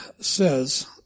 says